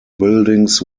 buildings